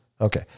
okay